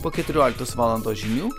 po keturioliktos valandos žinių